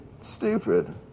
stupid